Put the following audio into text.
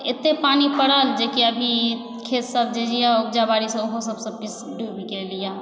एते पानि पड़ल जेकि अभी खेत सभ जे जे उपजा बाड़ी सभ डुबि गेल यऽ